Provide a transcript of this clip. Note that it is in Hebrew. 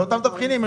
זה אותם תבחינים,